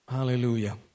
Hallelujah